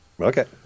Okay